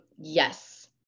Yes